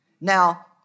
Now